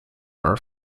are